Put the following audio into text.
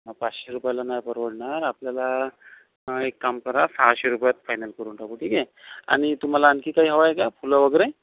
हा पाचशे रुपयाला नाही परवडणार आपल्याला एक काम करा सहाशे रुपयात फायनल करून टाकू ठीक आहे आणि तुम्हाला आणखी काही हवं आहे का फुलं वगैरे